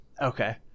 okay